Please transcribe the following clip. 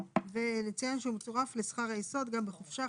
ולציין שהוא מצורף לשכר היסוד גם בחופשה,